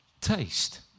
taste